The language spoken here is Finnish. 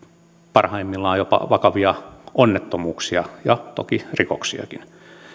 parhaimmillaan jopa vakavia onnettomuuksia ja toki rikoksiakin